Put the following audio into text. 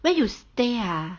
where you stay ah